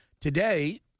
today